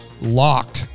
lock